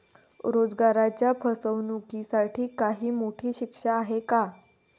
रोजगाराच्या फसवणुकीसाठी काही मोठी शिक्षा आहे का?